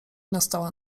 nastała